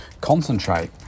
concentrate